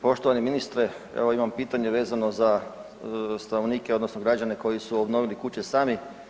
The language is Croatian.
Poštovani ministre, evo imam pitanje vezano za stanovnike odnosno građane koji su obnovili kuće sami.